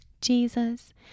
Jesus